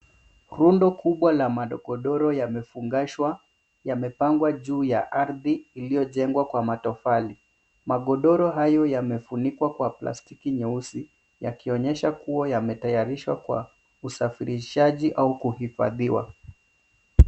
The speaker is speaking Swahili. Rundo kubwa ya magodoro yamefungashwa, yamepangwa juu ya ardhi iliyojengwa kwa matofali. Magodoro hayo yamefunikwa kwa plastiki nyeusi, yakionyesha kuwa yametayarishwa kwa usafirishaji au kuhifadhiwa.